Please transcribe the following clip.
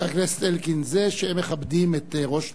חבר הכנסת אלקין, זה שהם מכבדים את ראש תנועתם,